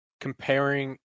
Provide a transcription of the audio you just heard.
comparing